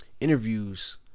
Interviews